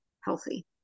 healthy